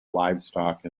livestock